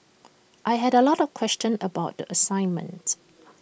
I had A lot of questions about the assignment